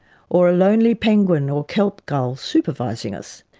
or a lonely penguin or kelp gull supervising us.